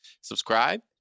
subscribe